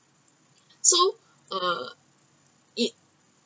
so uh it